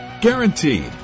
Guaranteed